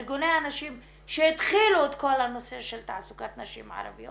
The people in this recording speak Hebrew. ארגוני הנשים שהתחילו את כל הנושא של תעסוקת נשים ערביות